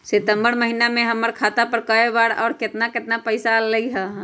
सितम्बर महीना में हमर खाता पर कय बार बार और केतना केतना पैसा अयलक ह?